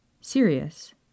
Sirius